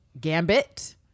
gambit